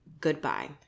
Goodbye